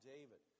David